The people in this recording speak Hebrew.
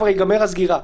כבר תיגמר הסגירה.